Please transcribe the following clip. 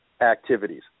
activities